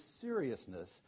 seriousness